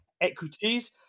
equities